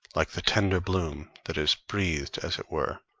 like the tender bloom that is breathed, as it were,